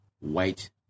white